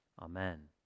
Amen